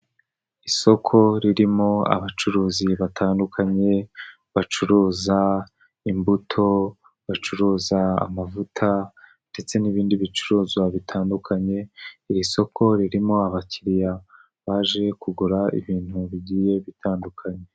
Isoko ririmo abacuruzi batandukanye, bacuruza imbuto, bacuruza amavuta ndetse n'ibindi bicuruzwa bitandukanye, iri soko ririmo abakiriya baje kugura ibintu bigiye bitandukanye.